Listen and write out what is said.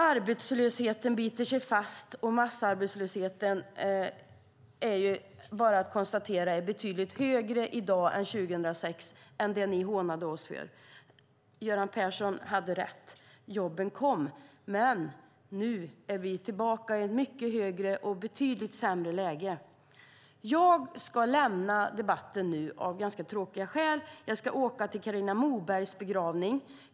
Arbetslösheten biter sig fast, och det är bara att konstatera att massarbetslösheten är betydligt högre i dag än 2006 - det ni hånade oss för. Göran Persson hade rätt. Jobben kom, men nu är vi tillbaka i mycket högre siffror och i ett betydligt sämre läge. Jag ska lämna debatten nu av ganska tråkiga skäl. Jag ska åka till Carina Mobergs begravning.